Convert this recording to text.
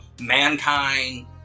mankind